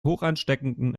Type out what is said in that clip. hochansteckenden